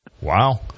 Wow